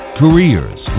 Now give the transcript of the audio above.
careers